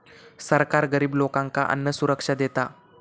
सरकार गरिब लोकांका अन्नसुरक्षा देता